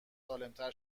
سالمتر